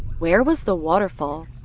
where was the waterfall?